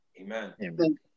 Amen